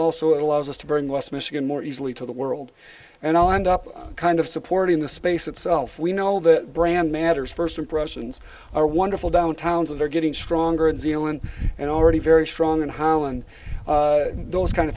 also allows us to bring west michigan more easily to the world and i'll end up kind of supporting the space itself we know that brand matters first impressions are wonderful downtowns and are getting stronger and zealand and already very strong in holland those kind of